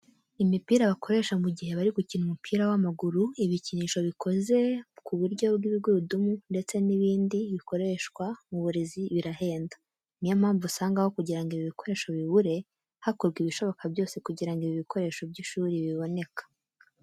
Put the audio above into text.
Imipira bakoresha mu gihe bari gukina umupira w'amaguru, ibikinisho bikoze ku buryo bw'ibigurudumu, ndetse n'ibindi bikoreshwa mu burezi birahenda. Niyo mpamvu usanga aho kugira ngo ibi bikoresho bibure, hakorwa ibishoboka byose kugira ngo ibi bikoresho by'ishuri biboneka.